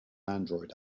android